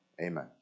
Amen